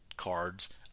cards